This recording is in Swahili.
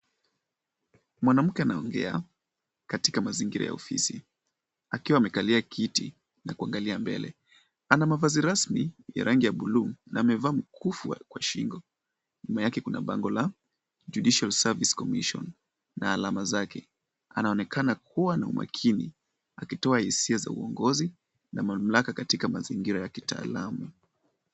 Mwanamke anaongea katika mazingira ya ofisi akiwa amekalia kiti na kuangalia mbele, ana mavazi rasmi ya rangi ya buluu na amevaa mkufu kwa shingo, nyuma yake kuna bango la Judicial Service Commission na alama zake, anaonekana kuwa na umakini akitoa hisia za uongozi na mamlaka katika mazingira ya kitaalamu.